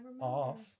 off